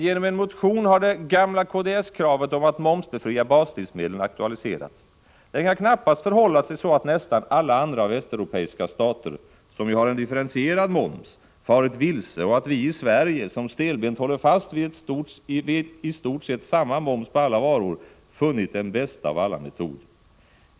Genom en motion har det gamla kds-kravet om att momsbefria baslivsmedlen aktualiserats. Det kan knappast förhålla sig så att nästan alla andra västeuropeiska stater, som ju har en differentierad moms, farit vilse och att vi i Sverige, som stelbent håller fast vid i stort sett samma moms på alla varor, funnit den bästa av alla metoder.